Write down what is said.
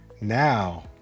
Now